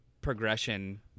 progression